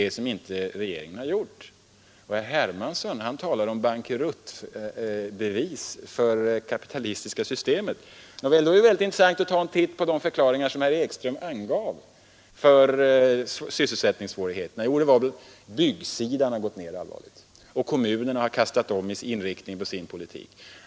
Det är det regeringen inte har gjort. Herr Hermansson talar om bevis på det kapitalistiska systemets bankrutt. Nåväl, då är det intressant att ta en titt på de förklaringar som herr Ekström angav till sysselsättningssvårigheterna. Det var väl att byggsidan har gått ned allvarligt och att kommunerna har kastat om inriktningen av sin politik.